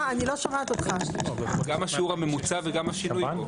גם השיעור הממוצע וגם השינוי.